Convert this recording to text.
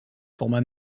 format